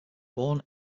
born